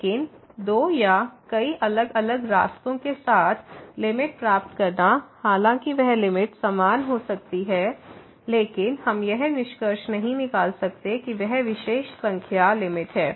लेकिन दो या कई अलग अलग रास्तों के साथ लिमिट प्राप्त करना हालांकि वह लिमिट समान हो सकती है लेकिन हम यह निष्कर्ष नहीं निकाल सकते कि वह विशेष संख्या लिमिट है